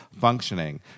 functioning